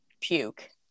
Puke